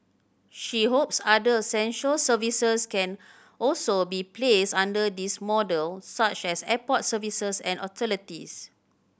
she hopes other essential services can also be placed under this model such as airport services and utilities